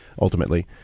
ultimately